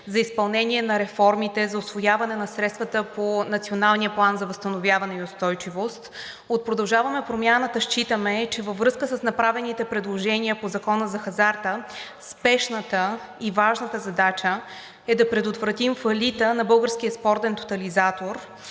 за изпълнение на реформите за усвояване на средствата по Националния план за възстановяване и устойчивост от „Продължаваме Промяната“, считаме, че във връзка с направените предложения по Закона за хазарта, спешната и важната задача е да предотвратим фалита на Българския спортен тотализатор